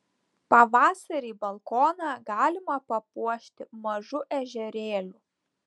pavasarį balkoną galima papuošti mažu ežerėliu